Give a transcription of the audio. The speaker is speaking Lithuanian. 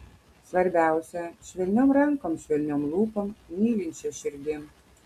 svarbiausia švelniom rankom švelniom lūpom mylinčia širdim